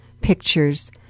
pictures